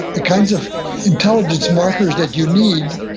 the kinds of intelligence markers that you need,